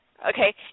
Okay